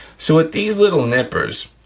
so with these little nippers,